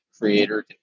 creator